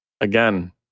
Again